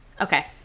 Okay